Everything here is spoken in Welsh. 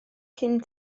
cyn